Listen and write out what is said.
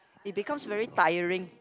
it becomes very tiring